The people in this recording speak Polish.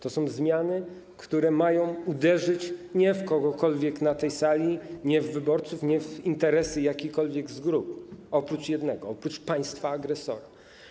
To są zmiany, które mają uderzyć nie w kogokolwiek na tej sali, nie w wyborców, nie w interesy jakiejkolwiek z grup, ale w jeden cel - państwo agresora.